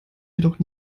jedoch